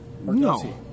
No